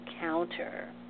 counter